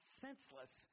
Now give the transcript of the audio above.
senseless